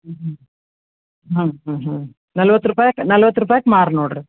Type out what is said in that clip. ಹ್ಞೂ ಹ್ಞೂ ಹಾಂ ಹಾಂ ಹಾಂ ನಲ್ವತ್ತು ರೂಪಾಯಿ ನಲ್ವತ್ತು ರೂಪಾಯ್ಗೆ ಮಾರು ನೋಡಿರಿ